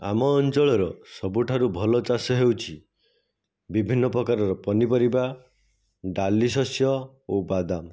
ଆମ ଅଞ୍ଚଳର ସବୁଠାରୁ ଭଲ ଚାଷ ହେଉଛି ବିଭିନ୍ନ ପ୍ରକାରର ପନିପରିବା ଡାଲି ଶସ୍ୟ ଓ ବାଦାମ